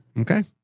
Okay